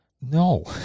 no